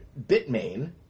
Bitmain